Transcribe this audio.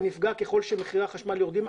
ונפגע ככל שמחירי החשמל יורדים,